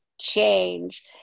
change